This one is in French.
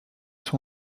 sont